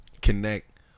Connect